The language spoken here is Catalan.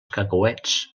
cacauets